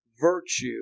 virtue